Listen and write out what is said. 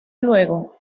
luego